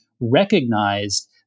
recognized